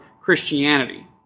Christianity